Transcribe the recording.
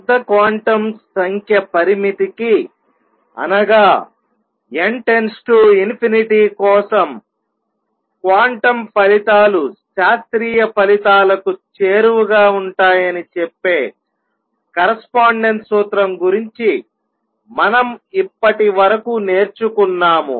పెద్ద క్వాంటం సంఖ్య పరిమితికి అనగా n → కోసం క్వాంటం ఫలితాలు శాస్త్రీయ ఫలితాలకు చేరువగా ఉంటాయని చెప్పే కరస్పాండెన్స్ సూత్రం గురించి మనం ఇప్పటివరకు నేర్చుకున్నాము